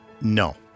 No